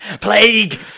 plague